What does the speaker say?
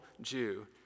Jew